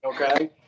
Okay